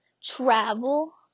travel